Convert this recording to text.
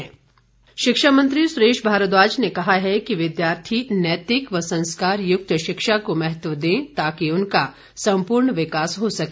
सुरेश भारद्वाज शिक्षामंत्री सुरेश भारद्वाज ने कहा है कि विद्यार्थी नैतिक व संस्कार युक्त शिक्षा को महत्व दें ताकि उनका सम्पूर्ण विकास हो सके